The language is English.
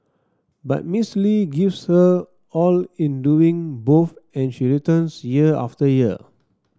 but Miss Lee gives her all in doing both and she returns year after year